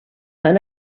van